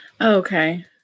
Okay